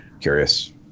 curious